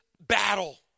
battle